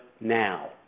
now